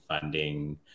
funding